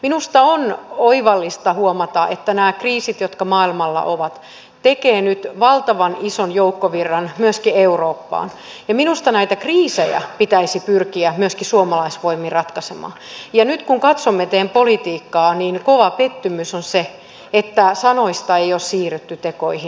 minusta on oivallista huomata että nämä kriisit jotka maailmalla ovat tekevät nyt valtavan ison joukkovirran myöskin eurooppaan ja minusta näitä kriisejä pitäisi pyrkiä myöskin suomalaisvoimin ratkaisemaan ja nyt kun katsomme teidän politiikkaanne niin kova pettymys on se että sanoista ei ole siirrytty tekoihin